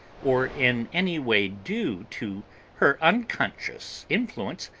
or in any way due to her unconscious influence,